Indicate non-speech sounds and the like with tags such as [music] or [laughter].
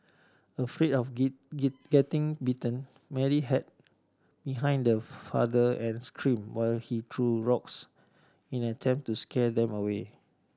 afraid of [unintelligible] getting bitten Mary hid behind [unintelligible] father and screamed while he threw rocks in an attempt to scare them away